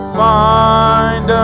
find